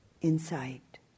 insight